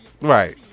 Right